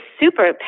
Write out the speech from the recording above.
super